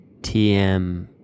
TM